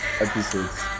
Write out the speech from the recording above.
episodes